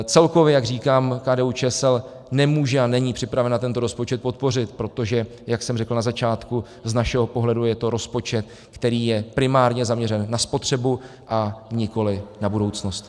Celkově, jak říkám, KDUČSL nemůže a není připravena tento rozpočet podpořit, protože, jak jsem řekl na začátku, z našeho pohledu je to rozpočet, který je primárně zaměřen na spotřebu, a nikoliv na budoucnost.